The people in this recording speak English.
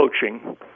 coaching